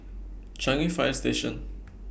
Changi Fire Station